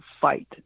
fight